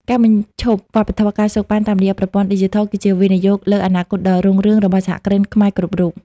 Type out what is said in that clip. ការបញ្ឈប់វប្បធម៌ ការសូកប៉ាន់ តាមរយៈប្រព័ន្ធឌីជីថល គឺជាការវិនិយោគលើអនាគតដ៏រុងរឿងរបស់សហគ្រិនខ្មែរគ្រប់រូប។